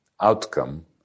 outcome